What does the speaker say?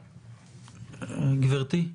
גברתי,